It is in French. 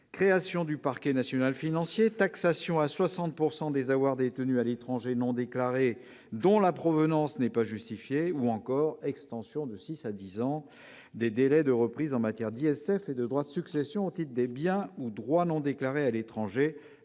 création du parquet national financier, à la taxation à hauteur de 60 % des avoirs détenus à l'étranger non déclarés dont la provenance n'est pas justifiée, ou encore à l'extension de six à dix ans des délais de reprise en matière d'impôt sur la fortune et de droits de succession au titre des biens ou droits non déclarés à l'étranger